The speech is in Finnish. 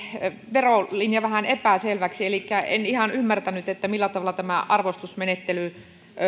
verolinja vähän epäselväksi elikkä en ihan ymmärtänyt millä tavalla tämä arvostusmenettely